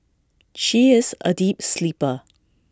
she is A deep sleeper